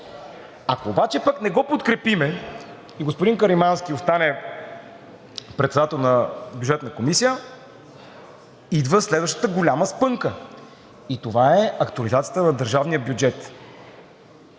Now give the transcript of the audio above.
Ако обаче пък не го подкрепим и господин Каримански остане председател на Бюджетна комисия, идва следващата голяма спънка и това е актуализацията на държавния бюджет,